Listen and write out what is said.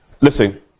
Listen